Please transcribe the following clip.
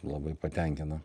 labai patenkina